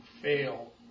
fail